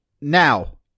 Now